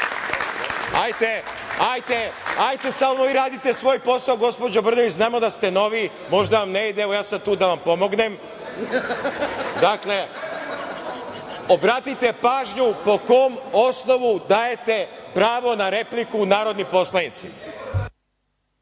u Jovanjici? Hajde samo vi radite svoj posao, gospođo Brnabić, znamo da ste noviji, možda vam ne ide, evo ja sam tu da vam pomognem. Dakle, obratite pažnju po kom osnovu dajte pravo na repliku narodnim poslanicima.